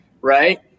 right